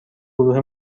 گروه